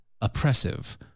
oppressive